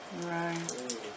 Right